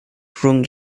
rhwng